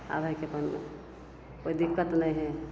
आब हइ कि अपन कोइ दिक्कत नहि हइ